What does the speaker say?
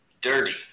Dirty